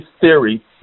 Theory